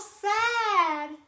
sad